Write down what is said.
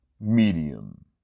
Medium